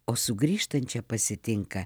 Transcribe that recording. o sugrįžtančią pasitinka